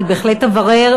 אני בהחלט אברר,